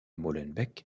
molenbeek